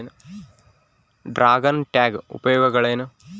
Dragon tank ಉಪಯೋಗಗಳೇನು?